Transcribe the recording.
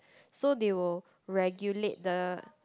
so they will regulate the